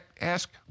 ask